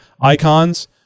icons